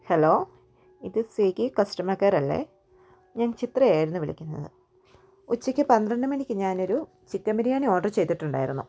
hello ഇത് Swiggy customer care അല്ലെ ഞാൻ ചിത്ര ആയിരുന്നു വിളിക്കുന്നത് ഉച്ചക്ക് പന്ത്രണ്ടുമണിക്ക് ഞാനൊരു ചിക്കൻ ബിരിയാണി ഓർഡർ ചെയ്തിട്ടുണ്ടായിരുന്നു